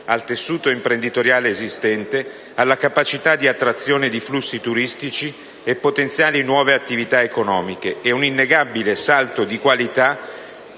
al tessuto imprenditoriale esistente, alla capacità di attrazione di flussi turistici e potenziali nuove attività economiche e un innegabile salto di qualità